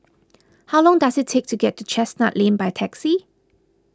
how long does it take to get to Chestnut Lane by taxi